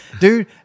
dude